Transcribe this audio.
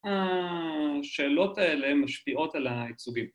‫השאלות האלה משפיעות על הייצוגים.